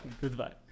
Goodbye